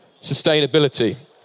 Sustainability